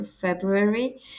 February